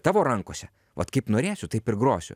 tavo rankose vat kaip norėsiu taip ir grosiu